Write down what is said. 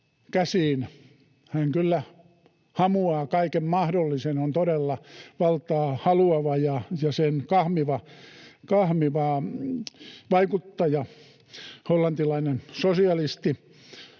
Hän kyllä hamuaa kaiken mahdollisen, on todella valtaa haluava ja sen kahmiva vaikuttaja, hollantilainen sosialisti.